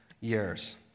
years